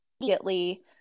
immediately